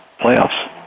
playoffs